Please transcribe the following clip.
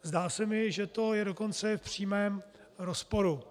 Zdá se mi, že to je dokonce v přímém rozporu.